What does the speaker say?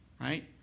right